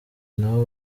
nabo